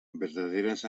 verdaderes